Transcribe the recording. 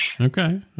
Okay